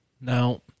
Now